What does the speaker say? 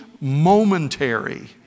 momentary